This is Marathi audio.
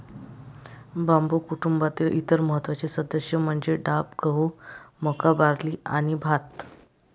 बांबू कुटुंबातील इतर महत्त्वाचे सदस्य म्हणजे डाब, गहू, मका, बार्ली आणि भात